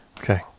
Okay